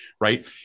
Right